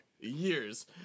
Years